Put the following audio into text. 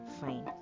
fine